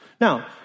Now